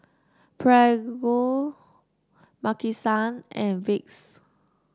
Prego Maki San and Vicks